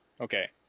Okay